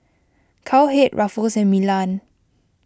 Cowhead Ruffles and Milan